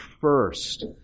first